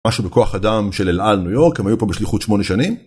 משהו בכוח אדם של אל-על ניו יורק, הם היו פה בשליחות 8 שנים.